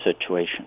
situation